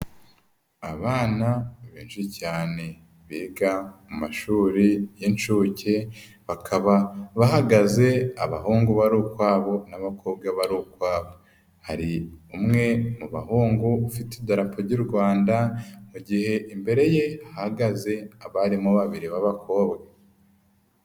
Abana benshi cyane biga mu mashuri y'inshuke, bakaba bahagaze abahungu bari ukwabo n'abakobwa bari ukwabo. Hari umwe mu bahungu ufite idarapo ry'u Rwanda, mu gihe imbere ye hahagaze abarimu babiri b'abakobwa.